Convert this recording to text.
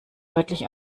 deutlich